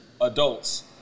adults